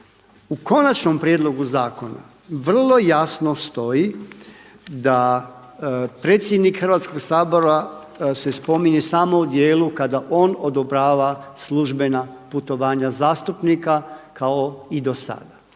U konačnom prijedlogu zakona vrlo jasno stoji da predsjednik Hrvatskog sabora se spominje samo u djelu kada on odobrava službena putovanja zastupnika kao i do sada.